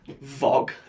Vogue